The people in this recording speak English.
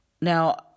Now